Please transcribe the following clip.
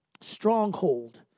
stronghold